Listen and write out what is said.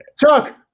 chuck